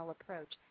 approach